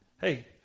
Hey